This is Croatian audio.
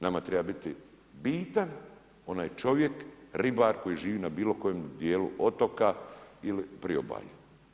Nama treba biti bitan onaj čovjek, ribar koji živi na bilo kojem dijelu otoka ili priobalju.